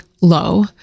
low